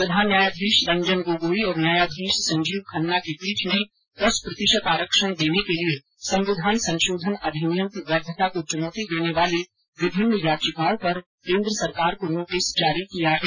प्रधान न्यायाधीश रंजन गोगोई और न्यायमूर्ति संजीव खन्ना की पीठ ने दस प्रतिशत आरक्षण देने के लिए संविधान संशोधन अधिनियम की वैधता को चुनौती देने वाली विभिन्न याचिकाओं पर केन्द्र सरकार को नोटिस जारी किया है